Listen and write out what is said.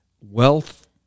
wealth